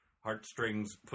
heartstrings